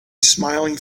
smiling